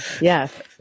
yes